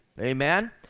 amen